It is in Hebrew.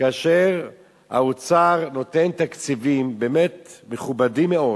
כאשר האוצר נותן תקציבים באמת מכובדים מאוד,